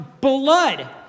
blood